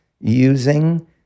using